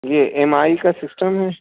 یہ M I کا system ہے